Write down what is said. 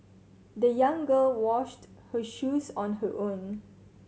the young girl washed her shoes on her own